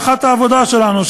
הנחת העבודה שלנו,